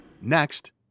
Next